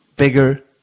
Bigger